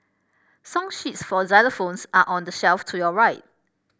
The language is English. song sheets for xylophones are on the shelf to your right